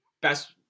best